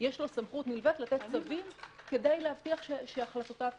יש לו סמכות נלווית לתת צווים כדי להבטיח שהחלטותיו תקוימנה.